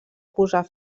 posar